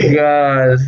god